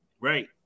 right